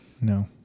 No